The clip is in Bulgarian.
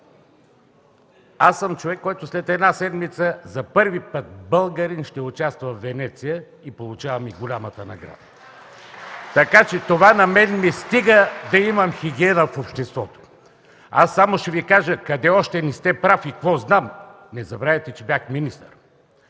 Аз съм човек, който след една седмица – за първи път българин ще участва във Венеция и получавам и голямата награда. (Ръкопляскания от ГЕРБ и КБ.) Това на мен ми стига да имам хигиена в обществото. Само ще Ви кажа къде още не сте прави и какво знам. Не забравяйте, че бях министър.